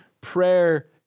prayer